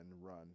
run